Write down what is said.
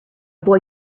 boy